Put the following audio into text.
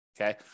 Okay